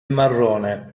marrone